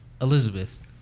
Elizabeth